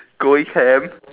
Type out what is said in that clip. going ham